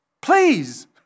Please